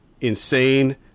insane